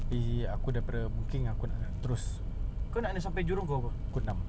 kau hantar puteri balik sengkang dulu kita duduk tampines jap